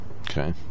Okay